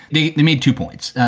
they they made two points.